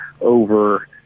over